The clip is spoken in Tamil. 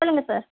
சொல்லுங்க சார்